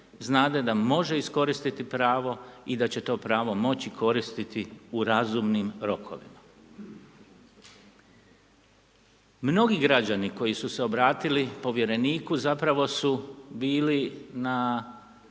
znade da može iskoristiti pravo i da će to pravo moći koristiti u razumnim rokovima. Mnogi građani koji su se obratili Povjereniku zapravo su bili na,